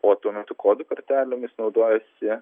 o tuo metu kodų kortelėmis naudojasi